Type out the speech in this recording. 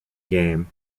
game